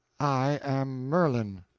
i am merlin!